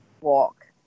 walk